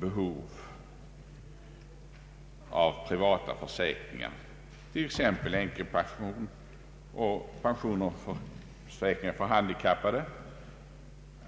behov av privata försäkringar, t.ex. änkepensioner och pensionsförsäkringar för handikappade.